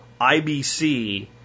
IBC